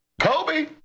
Kobe